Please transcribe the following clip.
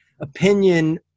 opinion